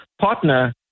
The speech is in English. partner